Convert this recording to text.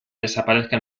desaparezca